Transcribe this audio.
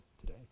today